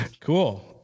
Cool